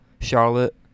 Charlotte